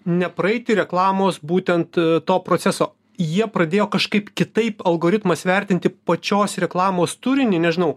nepraeiti reklamos būtent to proceso jie pradėjo kažkaip kitaip algoritmas vertinti pačios reklamos turinį nežinau